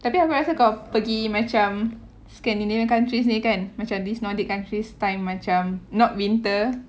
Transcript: tapi aku rasa kalau pergi macam scandinavian countries ni kan macam this nordic countries time macam not winter